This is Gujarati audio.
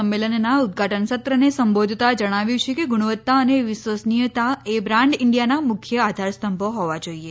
સંમેલનના ઉદઘાટન સત્રને સંબોધતા જણાવ્યું છે કે ગુણવત્તા અને વિશ્વનીયતા એ બ્રાન્ડ ઈન્ડિયાના મુખ્ય આધઆરસ્તંભો હોવા જોઈએ